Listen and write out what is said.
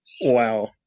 wow